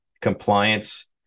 compliance